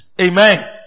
Amen